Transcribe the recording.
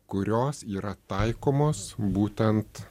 kurios yra taikomos būtent